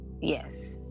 Yes